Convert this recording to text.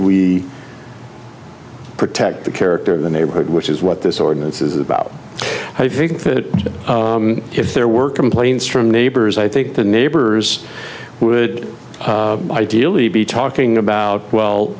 we protect the character of the neighborhood which is what this ordinance is about i think that if there were complaints from neighbors i think the neighbors would ideally be talking about well